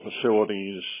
facilities